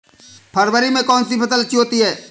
फरवरी में कौन सी फ़सल अच्छी होती है?